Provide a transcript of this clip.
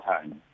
time